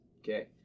Okay